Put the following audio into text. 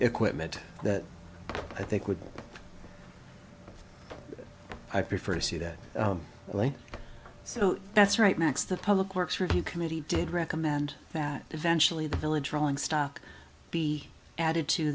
equipment that i think would i prefer see that early so that's right max the public works review committee did recommend that eventually the village rolling stock be added to